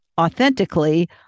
authentically